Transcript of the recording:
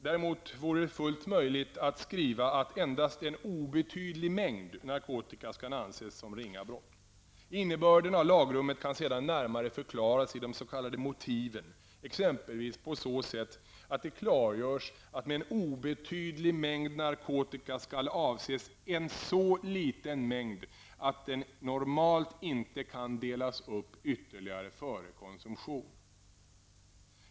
Däremot vore det fullt möjligt att skriva att endast en ''obetydlig mängd'' narkotika skall anses som ringa brott. Innebörden av lagrummet kan sedan närmare förklaras i de s.k. motiven, exempelvis på så sätt att det klargörs att med obetydlig mängd narkotika skall avses en så liten mängd att den normalt inte kan delas upp ytterligare före konsumtion.